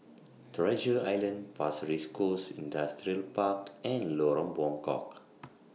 Treasure Island Pasir Ris Coast Industrial Park and Lorong Buangkok